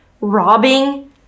robbing